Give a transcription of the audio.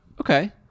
okay